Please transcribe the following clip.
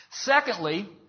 Secondly